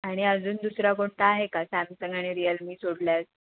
आणि अजून दुसरा कोणता आहे का सॅमसंग आणि रिअलमी सोडल्यास